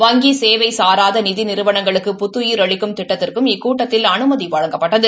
வங்கி சேவை சாராத நிதி நிறுவனங்களுக்கு புத்தயிர் அளிக்கும் திட்டத்திற்கும் இக்கூட்டத்தில் அனுமதி வழங்கப்பட்டது